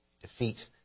defeat